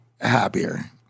happier